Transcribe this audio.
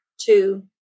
two